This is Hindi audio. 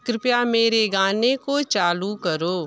कृपया मेरे गाने को चालू करो